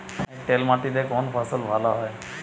এঁটেল মাটিতে কোন ফসল ভালো হয়?